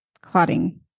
clotting